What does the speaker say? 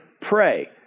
pray